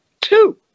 two